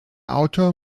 autor